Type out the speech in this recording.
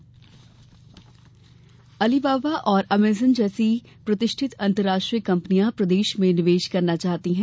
निवेश अलीबाबा और अमेजान जैसी प्रतिष्ठित अंतर्राष्ट्रीय कम्पनियाँ प्रदेश में निवेश करना चाहती हैं